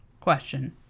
question